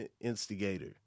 instigator